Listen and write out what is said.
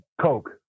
Coke